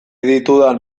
ditudan